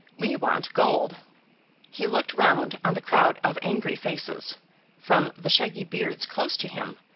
we want gold he looked round on the crowd of angry faces from the shaggy beards close to him,